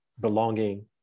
belonging